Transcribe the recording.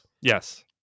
Yes